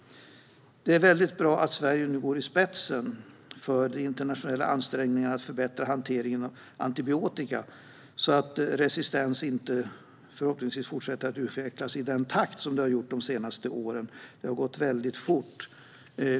Det är väldigt bra att Sverige nu går i spetsen för de internationella ansträngningarna att förbättra hanteringen av antibiotika, så att resistens förhoppningsvis inte fortsätter att utvecklas i den takt som det har gjort de senaste åren. Det har gått väldigt fort.